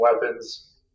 weapons